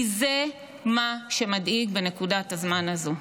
כי זה מה שמדאיג בנקודת הזמן הזו.